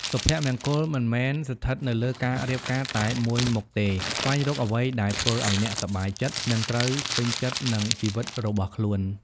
សុភមង្គលមិនមែនស្ថិតនៅលើការរៀបការតែមួយមុខទេ ស្វែងរកអ្វីដែលធ្វើឲ្យអ្នកសប្បាយចិត្ត និងត្រូវពេញចិត្តនឹងជីវិតរបស់ខ្លួន ។